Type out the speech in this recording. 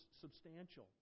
substantial